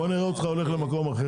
בוא נראה אותך הולך למקום אחר.